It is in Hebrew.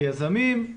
כיזמים,